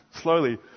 slowly